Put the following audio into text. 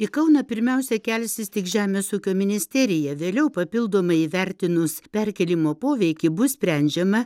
į kauną pirmiausia kelsis tik žemės ūkio ministerija vėliau papildomai įvertinus perkėlimo poveikį bus sprendžiama